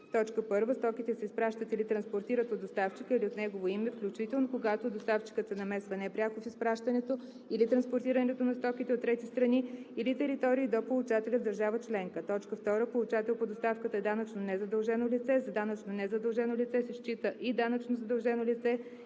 условия: 1. стоките се изпращат или транспортират от доставчика или от негово име, включително когато доставчикът се намесва непряко в изпращането или транспортирането на стоките от трети страни или територии до получателя в държава членка; 2. получател по доставката е данъчно незадължено лице; за данъчно незадължено лице се счита и данъчно задължено лице